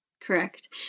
Correct